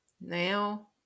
Now